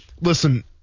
listen –